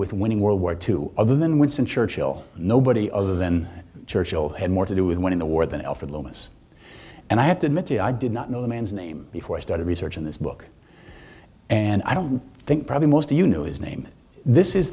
with winning world war two other than winston churchill nobody other than churchill had more to do with winning the war than alfred lewis and i have to admit i did not know the man's name before i started researching this book and i don't think probably most of you know his name this is